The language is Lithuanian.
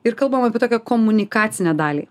ir kalbam apie tokią komunikacinę dalį